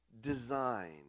design